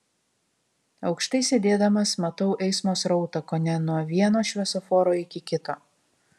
aukštai sėdėdamas matau eismo srautą kone nuo vieno šviesoforo iki kito